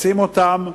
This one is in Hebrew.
נשים אותם,